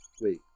Wait